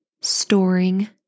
storing